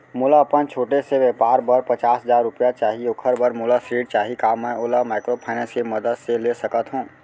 मोला अपन छोटे से व्यापार बर पचास हजार रुपिया चाही ओखर बर मोला ऋण चाही का मैं ओला माइक्रोफाइनेंस के मदद से ले सकत हो?